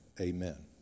Amen